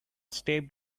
stepped